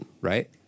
Right